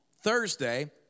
Thursday